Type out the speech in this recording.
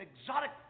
exotic